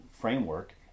framework